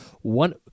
One